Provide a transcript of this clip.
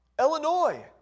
Illinois